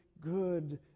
good